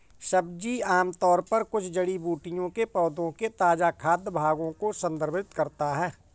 सब्जी आमतौर पर कुछ जड़ी बूटियों के पौधों के ताजा खाद्य भागों को संदर्भित करता है